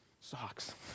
Socks